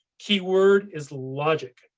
keyword is logic.